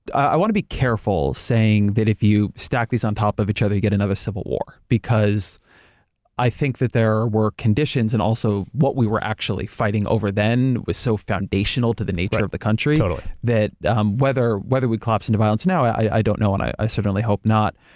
i want to be careful saying that if you stack these on top of each other you get another civil war because i think that there were conditions and also what we were actually fighting over than was so foundational to the nature of the country. right. totally. that um whether whether we collapse into violence now, i don't know and i certainly hope not.